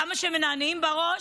כמה שהם מנענעים בראש,